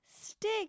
stick